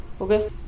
okay